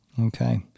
Okay